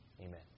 Amen